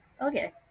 okay